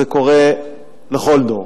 זה קורה לכל דור,